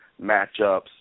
matchups